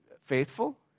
faithful